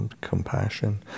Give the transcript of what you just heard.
compassion